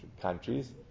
countries